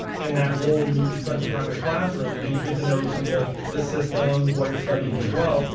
in that role, you you spend some time in a classroom, and you get to know some of the the systems while you're studying as well.